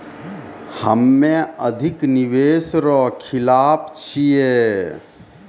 हम्मे अधिक निवेश रो खिलाफ छियै